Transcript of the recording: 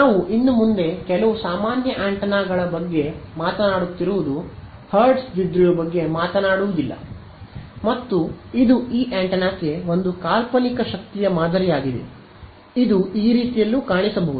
ನಾವು ಇನ್ನು ಮುಂದೆ ಕೆಲವು ಸಾಮಾನ್ಯ ಆಂಟೆನಾಗಳ ಬಗ್ಗೆ ಮಾತನಾಡುತ್ತಿರುವುದು ಹರ್ಟ್ಜ್ ದ್ವಿಧ್ರುವಿಯ ಬಗ್ಗೆ ಮಾತನಾಡುವುದಿಲ್ಲ ಮತ್ತು ಇದು ಈ ಆಂಟೆನಾಕ್ಕೆ ಒಂದು ಕಾಲ್ಪನಿಕ ಶಕ್ತಿಯ ಮಾದರಿಯಾಗಿದೆ ಇದು ಈ ರೀತಿಯಲ್ಲೂ ಕಾಣಿಸಬಹುದು